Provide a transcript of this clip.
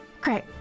Great